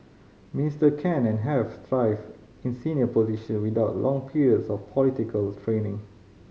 minister can and have thrived in senior position without long periods of political training